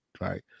Right